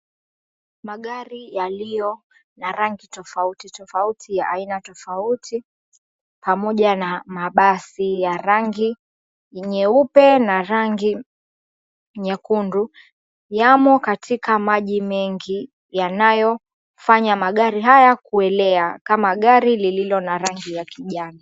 Magari yaliyo na rangi tofauti tofauti ya aina tofauti pamoja na mabasi ya rangi nyeupe na rangi nyekundu yamo katika maji mengi yanayofanya magari haya kuelea kama gari lililo na rangi ya kijani.